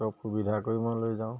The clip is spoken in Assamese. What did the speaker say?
চব সুবিধা কৰি মই লৈ যাওঁ